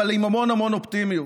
אבל עם המון המון אופטימיות,